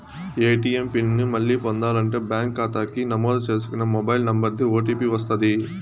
ATM pin ని మళ్ళీ పొందాలంటే బ్యాంకు కాతాకి నమోదు చేసుకున్న మొబైల్ నంబరికి ఓ.టీ.పి వస్తది